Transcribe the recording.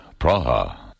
Praha